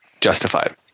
justified